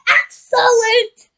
excellent